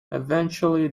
eventually